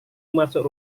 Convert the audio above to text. masuk